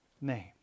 name